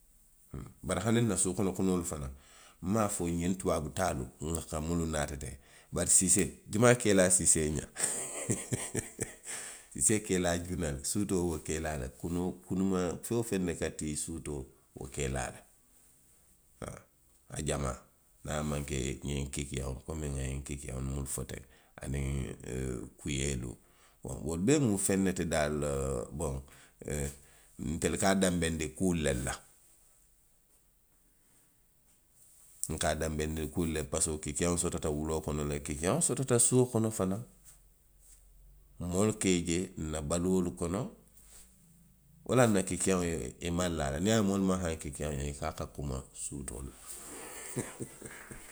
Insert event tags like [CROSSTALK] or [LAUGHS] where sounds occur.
Bari hani i la suu kono kunoolu fanaŋ, nmaŋ a fo i ye tubaabu taalu, a ka minnu naati teŋ, bari siisee i be a kili la siisee le la [LAUGHS] siisee ka i laa juuna le suutoo wo ka i laa le. Kunoo, feŋ woo feŋ ka tii, suutoo wo ka i laa le, haa. A jamaa niŋ a maŋ ke ňiŋ kikiyaŋo komi nna ňiŋ kikiyaŋo nŋa miŋ fo teŋ, aniŋ kuyeelu. Boŋ wolu bee mu feŋ ne ti daali, boŋ itelu ka a dendenndi kuu lelu la. Nka a dendenndi kuu le la parisiko kikiyaŋo sotota wuloo kono le, kikiyaŋo sotota suo kono fanaŋ. Moolu ka i je, nna baluolu kono. wo laŋ na kikiyaŋo ye, i maŋ laa a la, niŋ i ye a moyi nmaŋ haaňi kikiyaŋo la, i ko a kuma suutoo la. [LAUGHS]